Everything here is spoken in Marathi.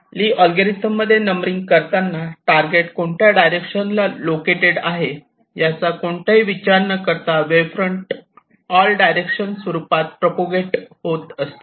ली अल्गोरिदम मध्ये नंबरिंग करताना टारगेट कोणत्या डायरेक्शन ला लोकॅटेड आहे याचा कोणताही विचार न करता wave front propagation all direction स्वरूपात प्रप्रोगेट होत असे